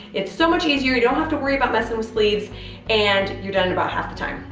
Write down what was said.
it's so much easier you don't have to worry about messing with sleeves and you're done in about half the time.